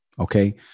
Okay